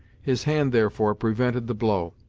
his hand, therefore, prevented the blow.